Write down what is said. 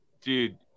Dude